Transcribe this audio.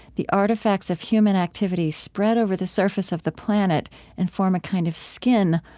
the artifacts of human activity spread over the surface of the planet and form a kind of skin,